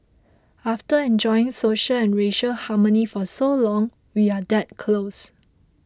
after enjoying social and racial harmony for so long we are that close